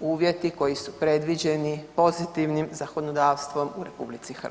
uvjeti koji su predviđeni pozitivnim zakonodavstvom u RH.